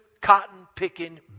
cotton-picking